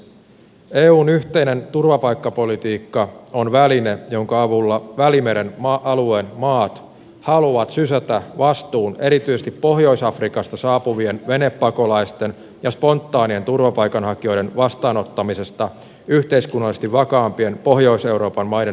eun yhteinen turvapaikkapolitiikka on väline jonka avulla välimeren alueen maat haluavat sysätä vastuun erityisesti pohjois afrikasta saapuvien venepakolaisten ja spontaanien turvapaikanhakijoiden vastaanottamisesta yhteiskunnallisesti vakaampien pohjois euroopan maiden harteille